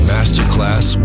Masterclass